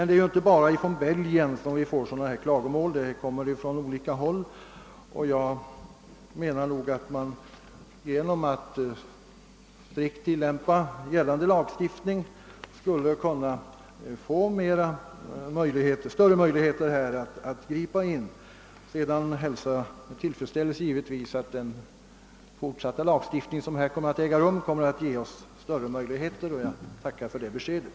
Det är dock inte bara från Belgien sådana klagomål kommer, utan även från andra håll. Genom att strikt tillämpa gällande lagstiftning skulle man kunna få större möjligheter att ingripa. Jag hälsar givetvis med tillfredsställelse att den fortsatta lagstiftningen kommer att ge oss ökade möjligheter i detta avseende, och jag tackar för det beskedet.